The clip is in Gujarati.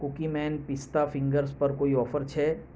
કૂકીમેન પીસ્તા ફીન્ગર્સ પર કોઈ ઓફર છે